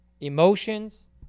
emotions